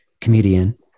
comedian